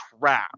crap